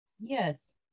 Yes